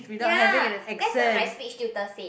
ya what's not my speech tutor said